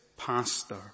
Pastor